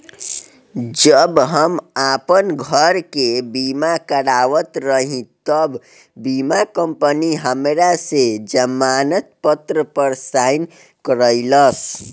जब हम आपन घर के बीमा करावत रही तब बीमा कंपनी हमरा से जमानत पत्र पर साइन करइलस